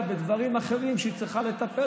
רם, אמרנו לך תודה